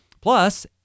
Plus